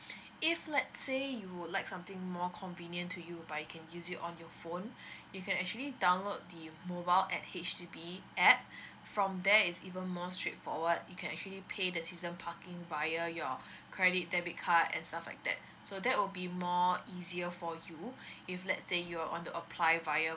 if let say you would like something more convenient to you but you can use it on your phone you can actually download the mobile at H_D_B app from there is even more straightforward you can actually pay the season parking via your credit debit card and stuff like that so that will be more easier for you if let say you're want to apply via